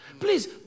Please